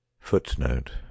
Footnote